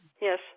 Yes